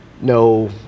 no